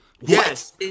Yes